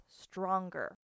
stronger